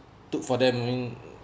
took for them